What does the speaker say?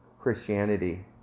Christianity